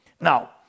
Now